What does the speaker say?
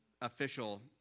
official